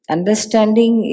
Understanding